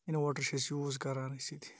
inverter چھِ أسۍ use کَران أسۍ ییٚتہِ